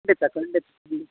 ಖಂಡಿತ ಖಂಡಿತ ಖಂಡಿತ